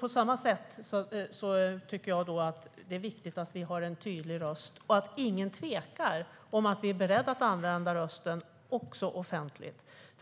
På samma sätt tycker jag att det är viktigt att Sverige har en tydlig röst och att ingen tvekar när det gäller att vi är beredda att använda rösten också offentligt.